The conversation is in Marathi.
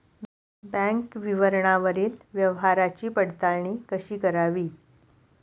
बँक विवरणावरील व्यवहाराची पडताळणी कशी करावी?